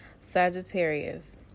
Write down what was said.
Sagittarius